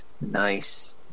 nice